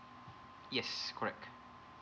yes correct